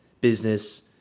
business